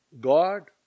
God